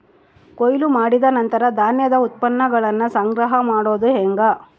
ಕೊಯ್ಲು ಮಾಡಿದ ನಂತರ ಧಾನ್ಯದ ಉತ್ಪನ್ನಗಳನ್ನ ಸಂಗ್ರಹ ಮಾಡೋದು ಹೆಂಗ?